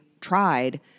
tried